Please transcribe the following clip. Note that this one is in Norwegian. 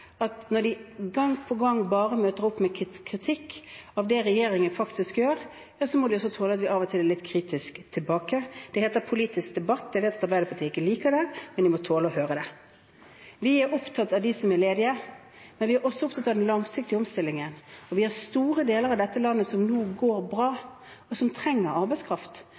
når de gang på gang bare møter opp med kritikk av det regjeringen gjør, at vi av og til er litt kritisk tilbake. Det heter politisk debatt. Jeg vet at Arbeiderpartiet ikke liker det, men de må tåle å høre det. Vi er opptatt av dem som er ledige, men vi er også opptatt av den langsiktige omstillingen. Store deler av landet går nå bra og trenger arbeidskraft.